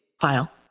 file